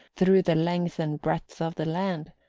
through the length and breadth of the land,